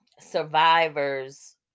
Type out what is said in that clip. survivors